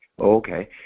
Okay